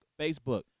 facebook